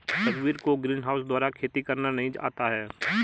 रघुवीर को ग्रीनहाउस द्वारा खेती करना नहीं आता है